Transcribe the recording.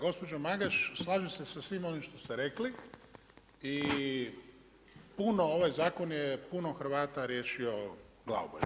Gospođo Magaš, slažem se sa svim onim što ste rekli i puno, ovaj zakon je puno Hrvata riješio glavobolja.